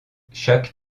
chaque